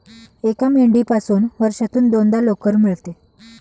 एका मेंढीपासून वर्षातून दोनदा लोकर मिळते